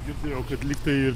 girdėjau kaip lygtai ir